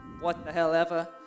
what-the-hell-ever